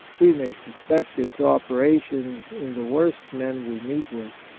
we may suspect its operations in the worst men we meet with.